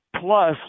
plus